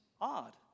odd